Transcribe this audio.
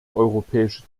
europäische